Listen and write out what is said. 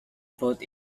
put